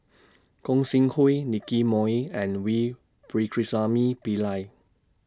Gog Sing Hooi Nicky Moey and V Pakirisamy Pillai